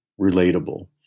relatable